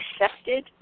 accepted